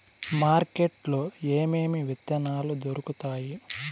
market లో ఏమేమి విత్తనాలు దొరుకుతాయి